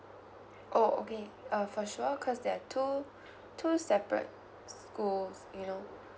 oh okay uh for sure cause there are two two separate schools you know